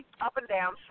up-and-down